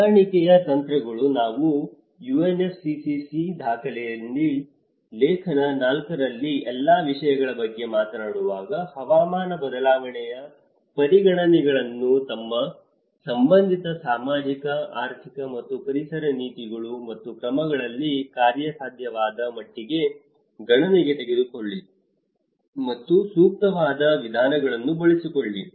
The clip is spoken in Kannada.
ಹೊಂದಾಣಿಕೆಯ ತಂತ್ರಗಳು ನಾವು UNFCCC ದಾಖಲೆಯಲ್ಲಿ ಲೇಖನ 4 ರಲ್ಲಿ ಎಲ್ಲಾ ವಿಷಯಗಳ ಬಗ್ಗೆ ಮಾತನಾಡುವಾಗ ಹವಾಮಾನ ಬದಲಾವಣೆಯ ಪರಿಗಣನೆಗಳನ್ನು ತಮ್ಮ ಸಂಬಂಧಿತ ಸಾಮಾಜಿಕ ಆರ್ಥಿಕ ಮತ್ತು ಪರಿಸರ ನೀತಿಗಳು ಮತ್ತು ಕ್ರಮಗಳಲ್ಲಿ ಕಾರ್ಯಸಾಧ್ಯವಾದ ಮಟ್ಟಿಗೆ ಗಣನೆಗೆ ತೆಗೆದುಕೊಳ್ಳಿ ಮತ್ತು ಸೂಕ್ತವಾದ ವಿಧಾನಗಳನ್ನು ಬಳಸಿಕೊಳ್ಳಿ